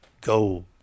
go